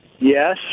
Yes